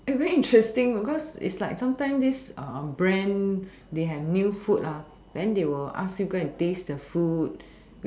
eh very interesting because is like sometime this brand they have new food then they will ask you to go and taste the food